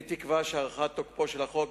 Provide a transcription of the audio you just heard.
אני תקווה שהארכת תוקפו של החוק,